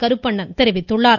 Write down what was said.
கருப்பணன் தெரிவித்துள்ளார்